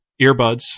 earbuds